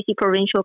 Provincial